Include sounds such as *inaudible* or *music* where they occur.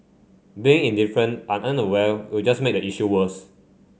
being indifferent *unintelligible* unaware will just make the issue worse